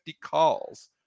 calls